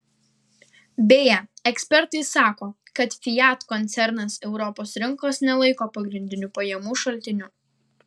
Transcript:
beje ekspertai sako kad fiat koncernas europos rinkos nelaiko pagrindiniu pajamų šaltiniu